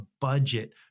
budget